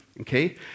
Okay